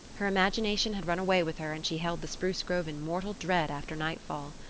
her imagination had run away with her and she held the spruce grove in mortal dread after nightfall.